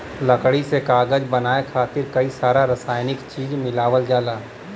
लकड़ी से कागज बनाये खातिर कई सारा रासायनिक चीज मिलावल जाला